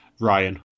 Ryan